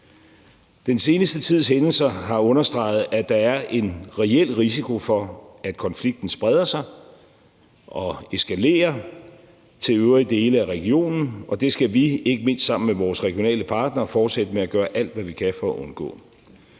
Den seneste tids hændelser har understreget, at der er en reel risiko for, at konflikten eskalerer og spreder sig til øvrige dele af regionen, og det skal vi, ikke mindst sammen med vores regionale partnere, fortsætte med at gøre alt, hvad vi kan, for at undgå.